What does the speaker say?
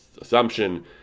assumption